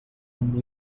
amb